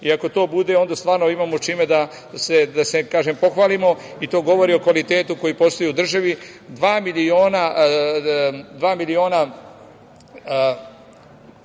i ako to bude, onda stvarno imamo čime da se pohvalimo i to govori o kvalitetu koji postoji u državi